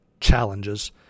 challenges